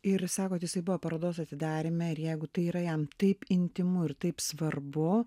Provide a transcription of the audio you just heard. ir sakot jisai buvo parodos atidaryme ir jeigu tai yra jam taip intymu ir taip svarbu